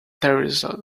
treasure